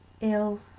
ill